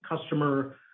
customer